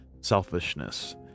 selfishness